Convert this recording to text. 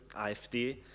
AfD